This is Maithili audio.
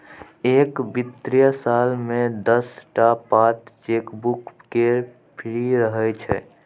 एक बित्तीय साल मे दस टा पात चेकबुक केर फ्री रहय छै